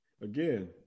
again